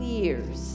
years